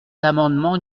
l’amendement